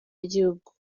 y’igihugu